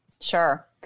Sure